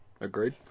Agreed